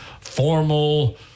formal